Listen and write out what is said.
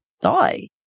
die